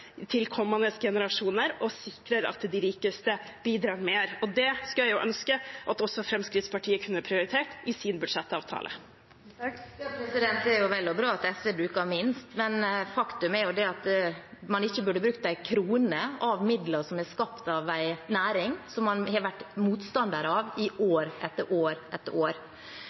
generasjoner og sikrer at de rikeste bidrar mer. Det skulle jeg ønske at også Fremskrittspartiet kunne prioritert i sin budsjettavtale. Det er vel og bra at SV bruker minst, men faktum er jo at man ikke burde brukt én krone av midler som er skapt av en næring som man har vært motstander av i år etter år etter år.